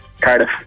Cardiff